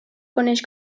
coneix